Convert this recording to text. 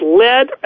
led